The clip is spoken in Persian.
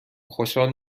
خوشحال